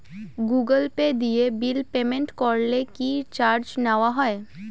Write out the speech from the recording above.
Google Pay দিয়ে bill payment করলে কি চার্জ নেওয়া হয়?